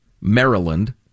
Maryland